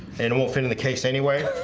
and it won't fit in the case anyway